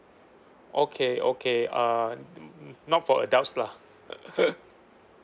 okay okay uh not for adults lah